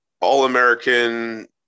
All-American